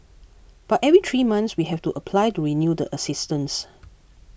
but every three months we have to apply to renew the assistance